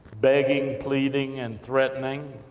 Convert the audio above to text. begging, pleading, and threatening,